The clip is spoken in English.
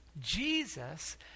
Jesus